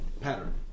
pattern